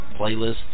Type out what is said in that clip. playlists